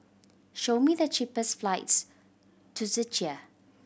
show me the cheapest flights to Czechia